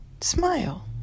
smile